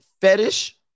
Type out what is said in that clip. fetish